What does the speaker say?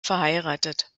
verheiratet